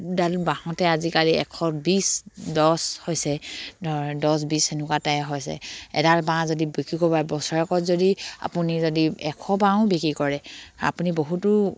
ডাল বাঁহতে আজিকালি এশ বিছ দছ হৈছে ধ দছ বিছ তেনেকুৱাতে হৈছে এডাল বাঁহ যদি বিক্ৰী কৰে বছৰেকত যদি আপুনি যদি এশ বাঁহো বিক্ৰী কৰে আপুনি বহুতো